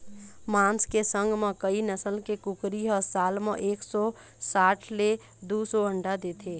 मांस के संग म कइ नसल के कुकरी ह साल म एक सौ साठ ले दू सौ अंडा देथे